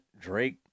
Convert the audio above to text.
Drake